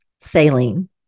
saline